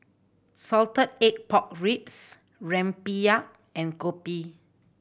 salted egg pork ribs rempeyek and kopi